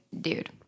dude